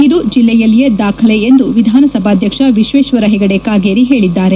ಇದು ಜಿಲ್ಲೆಯಲ್ಲಿಯೇ ದಾಖಲೆ ಎಂದು ವಿಧಾನಸಭಾದ್ವಕ್ಷ ವಿಶ್ವೇಶ್ವರ ಹೆಗಡೆ ಕಾಗೇರಿ ಹೇಳಿದ್ದಾರೆ